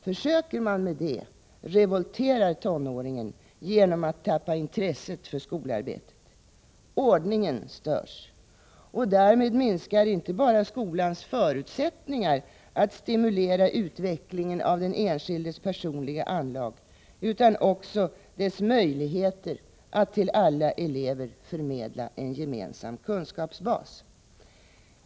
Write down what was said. Försöker man med det revolterar tonåringen genom att tappa intresset för skolarbetet — ordningen störs. Därmed minskar inte bara skolans förutsättningar att stimulera utvecklingen av den enskildes personliga anlag utan också dess möjligheter att till alla elever förmedla en gemensam kunskapsbas.